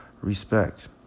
Respect